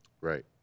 right